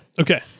Okay